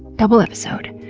double episode!